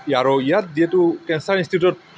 ই আৰু ইয়াত যিহেতু কেন্সাৰ ইনষ্টিটিউট